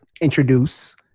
introduce